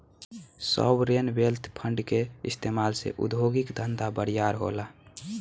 sovereign wealth fund के इस्तमाल से उद्योगिक धंधा बरियार होला